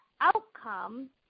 outcome